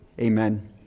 amen